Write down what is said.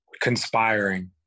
conspiring